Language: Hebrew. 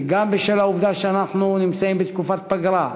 וגם בשל העובדה שאנחנו נמצאים בתקופת פגרה,